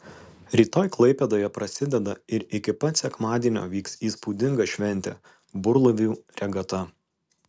rytoj klaipėdoje prasideda ir iki pat sekmadienio vyks įspūdinga šventė burlaivių regata